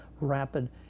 rapid